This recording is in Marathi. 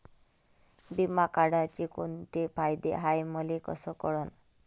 बिमा काढाचे कोंते फायदे हाय मले कस कळन?